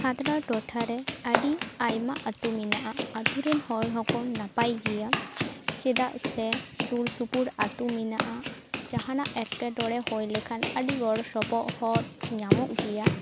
ᱠᱷᱟᱛᱲᱟ ᱴᱚᱴᱷᱟᱨᱮ ᱟᱹᱰᱤ ᱟᱭᱢᱟ ᱟ ᱛᱩ ᱢᱮᱱᱟᱜ ᱟ ᱛᱩ ᱨᱮᱱ ᱦᱚᱲ ᱦᱚᱠᱚ ᱱᱟᱯᱟᱭ ᱜᱮᱭᱟ ᱪᱮᱫᱟᱜ ᱥᱮ ᱥᱩᱨ ᱥᱩᱯᱩᱨ ᱟᱹᱛᱩ ᱢᱮᱱᱟᱜᱼᱟ ᱡᱟᱸᱦᱟᱱᱟᱜ ᱮᱴᱠᱮ ᱴᱚᱲᱮ ᱦᱩᱭ ᱞᱮᱠᱷᱟᱱ ᱟᱹᱰᱤ ᱜᱚᱲᱚ ᱥᱚᱯᱚᱦᱚᱫ ᱧᱟᱢᱚᱜ ᱜᱮᱭᱟ